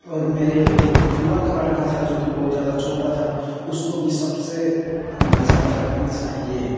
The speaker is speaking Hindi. और मेरी एक बुआ का लड़का था जोकि बहुत ज़्यादा छोटा था उसको भी सबसे बचाकर रखना चाहिए हाँ